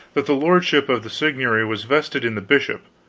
that the lordship of the seigniory was vested in the bishop,